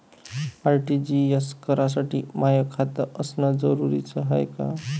RTGS करासाठी माय खात असनं जरुरीच हाय का?